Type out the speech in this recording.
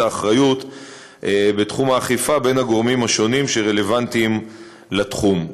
האחריות בתחום האכיפה בין הגורמים השונים שרלוונטיים לתחום.